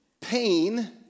Pain